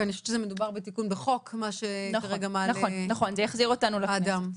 מה שמעלה אדם זה תיקון בחוק.